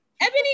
Ebony